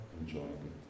enjoying